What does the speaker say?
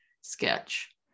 sketch